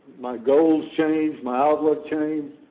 my goals changed, my outlook changed.